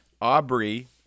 Aubrey